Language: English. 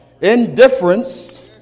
indifference